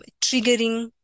triggering